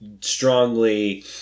strongly